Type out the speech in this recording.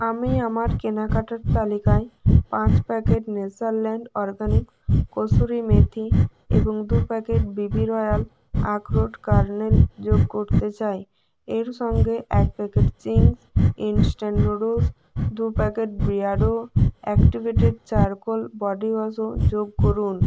আমি আমার কেনাকাটার তালিকায় পাঁচ packet Natureland organic kasuri methi এবং দু packet BB Royal akhrot kernel যোগ করতে চাই এর সঙ্গে এক প্যাকেট চিংস ইন্সট্যান্ট নুডলস দু packet Beardo activated charcoal body ওয়াশও যোগ করুন